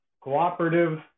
cooperative